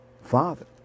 Father